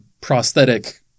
prosthetic